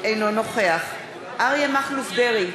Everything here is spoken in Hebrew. אינו נוכח אריה מכלוף דרעי,